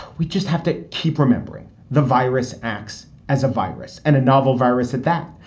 we just have to keep remembering the virus acts as a virus and a novel virus at that.